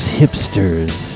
hipsters